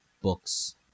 books